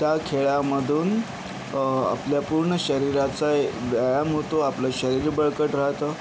त्या खेळामधून आपल्या पूर्ण शरीराचा व्यायाम होतो आपलं शरीर बळकट राहतं